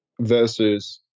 versus